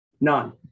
None